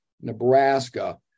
nebraska